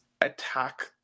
attack